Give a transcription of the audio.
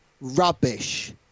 rubbish